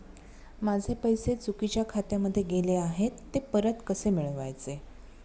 माझे पैसे चुकीच्या खात्यामध्ये गेले आहेत तर ते परत कसे मिळवायचे?